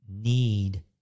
need